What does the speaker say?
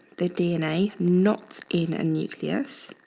the dna not in a nucleus.